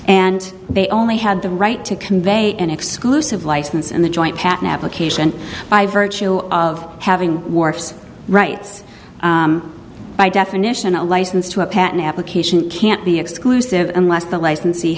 and they only had the right to convey an exclusive license and the joint patent application by virtue of having wharfs rights by definition a license to a patent application can't be exclusive unless the licensee h